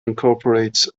incorporates